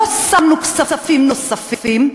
לא שמנו כספים נוספים,